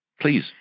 Please